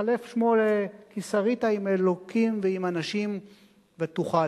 התחלף שמו "כי שרית עם אלהים ועם אנשים ותוכל".